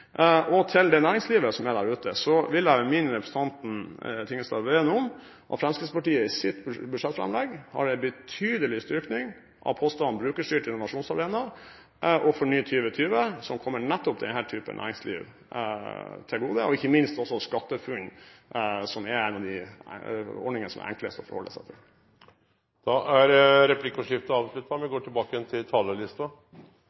når det gjelder næringslivet der ute, vil jeg minne representanten Tingelstad Wøien om at Fremskrittspartiets budsjettframlegg har en betydelig styrking av postene Brukerstyrt innovasjonsarena og Forny 2020, som kommer nettopp denne typen næringsliv til gode, og ikke minst også Skattefunn-ordningen, som er en av de ordningene som er enklest å forholde seg til. Replikkordskiftet er